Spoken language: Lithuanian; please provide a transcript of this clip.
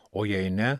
o jei ne